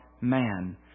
man